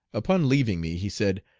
upon leaving me he said,